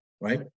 right